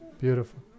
Beautiful